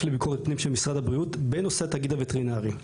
לביקורת פנים של משרד הבריאות בנושא התאגיד הווטרינרי.